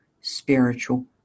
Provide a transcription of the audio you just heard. spiritual